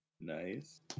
Nice